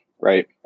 right